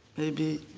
maybe